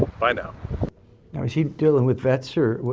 bye now. now is he dealing with vets here?